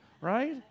Right